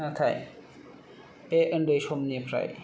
नाथाय बे उन्दै समनिफ्राय